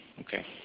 Okay